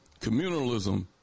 communalism